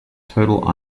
total